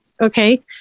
okay